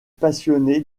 passionné